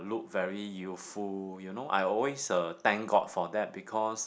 look very youthful you know I always uh thank God for that because